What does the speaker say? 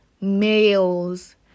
males